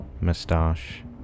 moustache